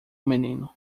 menino